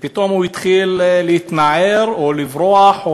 ופתאום הוא התחיל להתנער או לברוח,